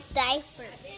diapers